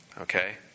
okay